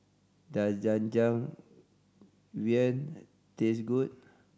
does taste good